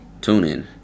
TuneIn